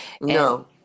no